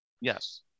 yes